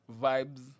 Vibes